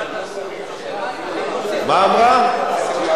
אתה אומר,